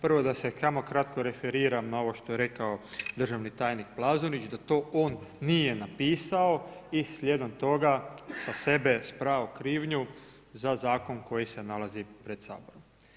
Prvo da se samo kratko referiram na ovo što je rekao državni tajnik Plazonić da to on nije napisao i slijedom toga sa sebe je sprao krivnju za zakon koji se nalazi pred Saborom.